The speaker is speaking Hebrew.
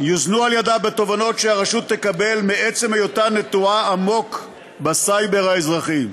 יוזנו בתובנות שהרשות תקבל מעצם היותה נטועה עמוק בסייבר האזרחי.